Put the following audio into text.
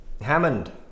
Hammond